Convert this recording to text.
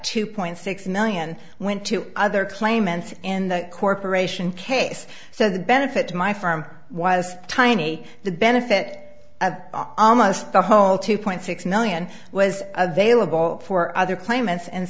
two point six million went to other claimants in the corporation case so the benefit to my firm was tiny the benefit of almost the whole two point six million was available for other claimants and